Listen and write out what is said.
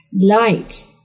Light